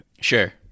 Sure